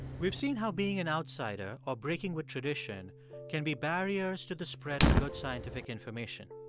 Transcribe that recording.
we've seen how being an outsider or breaking with tradition can be barriers to the spread of a good scientific information,